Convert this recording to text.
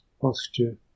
posture